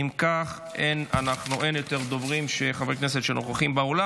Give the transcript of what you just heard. אם כך, אין יותר דוברים חברי הכנסת שנוכחים באולם.